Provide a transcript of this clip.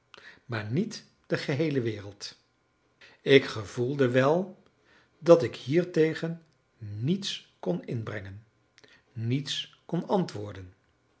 maar niet de geheele wereld ik gevoelde wel dat ik hiertegen niets kon inbrengen niets kon antwoorden